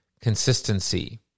consistency